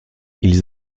ils